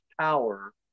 power